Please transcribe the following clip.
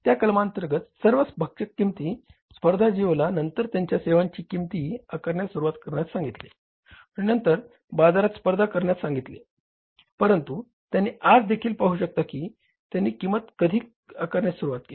त्या कलमा अंतर्गत सर्व भक्षक किंमती संधर्भात जिओला नंतर त्यांच्या सेवांवर किंमती आकारण्यास सुरू करण्यास सांगितले आणि नंतर बाजारात स्पर्धा करण्यास सांगण्यात आले होते परंतु त्यांनी आजदेखील पाहू शकता की त्यांनी किंमत कधी आकारण्यास सुरुवात केली